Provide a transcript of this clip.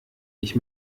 ich